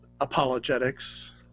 apologetics